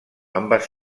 ambas